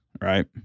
right